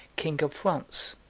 king of france